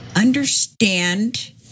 understand